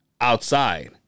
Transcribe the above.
outside